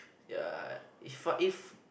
ya if what if